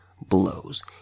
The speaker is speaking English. blows